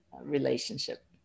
relationship